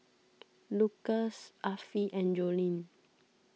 Lucas Affie and Joline